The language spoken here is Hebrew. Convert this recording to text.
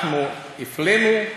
אנחנו הפלינו,